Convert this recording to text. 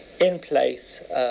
in-place